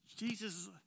Jesus